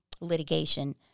litigation